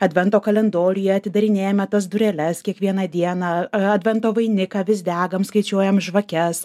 advento kalendoriuje atidarinėjame tas dureles kiekvieną dieną advento vainiką vis degam skaičiuojam žvakes